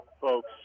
folks